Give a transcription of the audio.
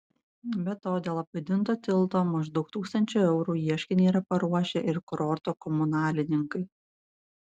be to dėl apgadinto tilto maždaug tūkstančio eurų ieškinį yra paruošę ir kurorto komunalininkai